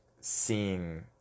seeing